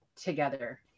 together